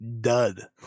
dud